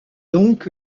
donc